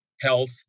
health